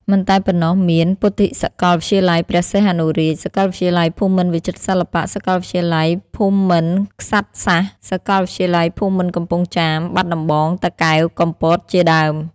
មិនតែប៉ុណ្ណោះមាន ពុទ្ធិកសាកលវិទ្យាល័យព្រះសីហនុរាជ, សាកលវិទ្យាល័យភូមិន្ទវិចិត្រសិល្បៈ, សាកលវិទ្យាល័យភូមិន្ទក្សេត្រសាស្ត្រ, សាកលវិទ្យាល័យភូមិន្ទកំពង់ចាម, បាត់ដំបង, តាកែវ-កំពត ជាដើម។